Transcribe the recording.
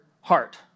heart